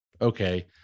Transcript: okay